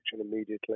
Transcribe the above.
immediately